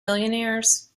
billionaires